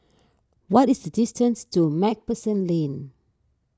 what is the distance to MacPherson Lane